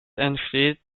entsteht